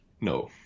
No